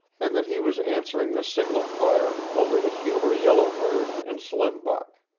and that he was answering the signal-fire only to humor yellow bird and slim buck.